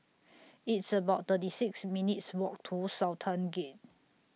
It's about thirty six minutes' Walk to Sultan Gate